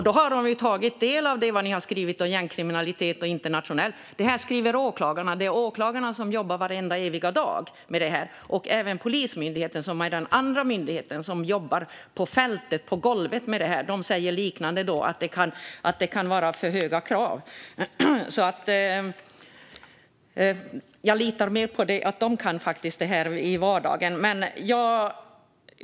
Då har de tagit del av vad ni har skrivit om gängkriminalitet och internationella kopplingar. Detta skriver alltså åklagarna, och det är åklagarna som jobbar varenda dag med detta. Även Polismyndigheten, som är den andra myndigheten som jobbar på fältet, på golvet, med detta, säger liknande saker. De säger att det kan vara för höga krav. Jag litar mer på att de som jobbar med detta i sin vardag kan detta.